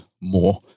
more